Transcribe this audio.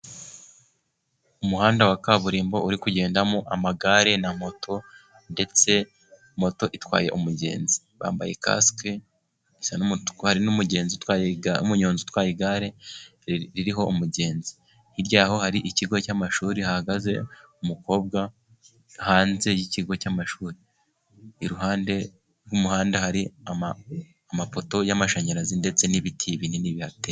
Umuhanda wa kaburimbo uri kugendamo amagare na moto, ndetse moto itwaye umugenzi bambaye kasike hari n'umugenzi umunyonzi utwaye igare ririho umugenzi. Hirya y'aho hari ikigo cy'amashuri hahagaze umukobwa hanze y'ikigo cy'amashuri, iruhande rw'umuhanda hari amapoto y'amashanyarazi, ndetse n'ibiti binini bihateye.